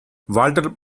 walter